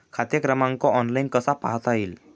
खाते क्रमांक ऑनलाइन कसा पाहता येईल?